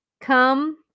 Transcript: come